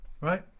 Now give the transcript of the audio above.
Right